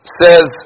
says